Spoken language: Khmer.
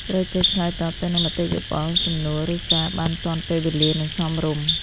ត្រូវចេះឆ្លើយតបទៅនឹងមតិយោបល់ សំណួរ ឬសារបានទាន់ពេលវេលា និងសមរម្យ។